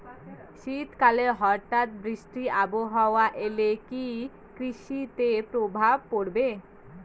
শীত কালে হঠাৎ বৃষ্টি আবহাওয়া এলে কি কৃষি তে প্রভাব পড়বে?